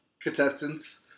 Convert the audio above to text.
contestants